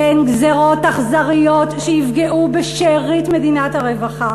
אלה הן גזירות אכזריות שיפגעו בשארית מדינת הרווחה.